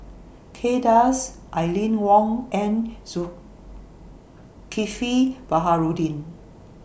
Kay Das Aline Wong and Zulkifli Baharudin